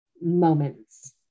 moments